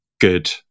good